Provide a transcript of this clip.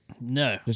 No